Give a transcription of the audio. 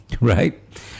Right